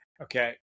Okay